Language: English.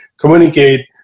communicate